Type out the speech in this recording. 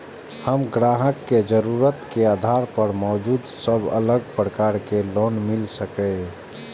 हम ग्राहक के जरुरत के आधार पर मौजूद सब अलग प्रकार के लोन मिल सकये?